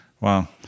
Wow